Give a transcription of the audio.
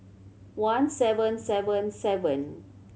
one seven seven seven